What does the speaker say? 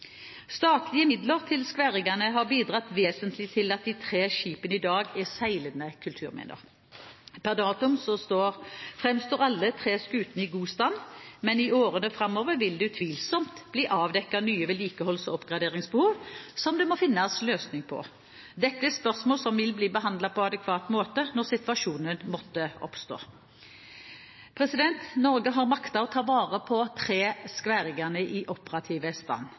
Statlige midler til skværriggerne har bidratt vesentlig til at de tre skipene i dag er seilende kulturminner. Per datum framstår alle tre skutene i god stand, men i årene framover vil det utvilsomt bli avdekket nye vedlikeholds- og oppgraderingsbehov som det må finnes en løsning på. Dette er spørsmål som vil bli behandlet på adekvat måte når situasjonen måtte oppstå. Norge har maktet å ta vare på tre skværriggere i operativ